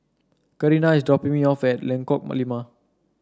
Carina is dropping me off at Lengkok Lima